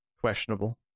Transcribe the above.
questionable